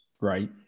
Right